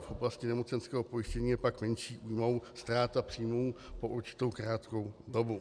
V oblasti nemocenského pojištění je pak menší újmou ztráta příjmů po určitou krátkou dobu.